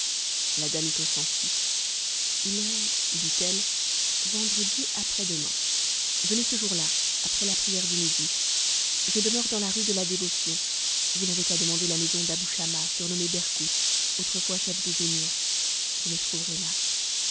la dame y consentit il est dit-elle vendredi après-demain venez ce jour-là après la prière du midi je demeure dans la rue de la dévotion vous n'avez qu'à demander la maison dabou schamma surnommé bercout autrefois chef des émirs vous me trouverez là